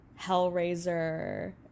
Hellraiser